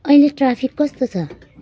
अहिले ट्राफिक कस्तो छ